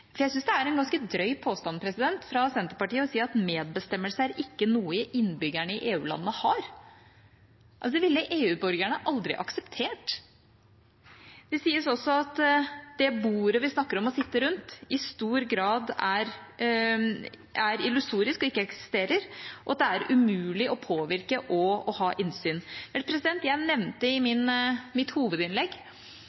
Jeg syns det er en ganske drøy påstand fra Senterpartiet å si at medbestemmelse ikke er noe innbyggerne i EU-landene har. Det ville EU-borgerne aldri akseptert. Det sies også at det bordet vi snakker om å sitte rundt, i stor grad er illusorisk og ikke eksisterer, og at det er umulig å påvirke og å ha innsyn. Vel, jeg nevnte i